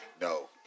No